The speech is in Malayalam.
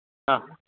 ആ